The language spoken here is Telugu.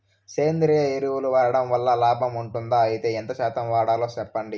సేంద్రియ ఎరువులు వాడడం వల్ల లాభం ఉంటుందా? అయితే ఎంత శాతం వాడాలో చెప్పండి?